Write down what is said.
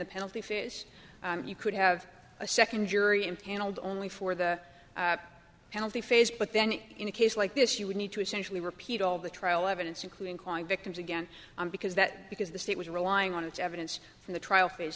the penalty phase and you could have a second jury impaneled only for the penalty phase but then in a case like this you would need to essentially repeat all the trial evidence including crime victims again because that because the state was relying on its evidence from the trial